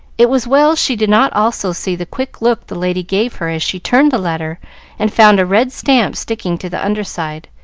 it was well she did not also see the quick look the lady gave her as she turned the letter and found a red stamp sticking to the under side,